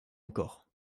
encore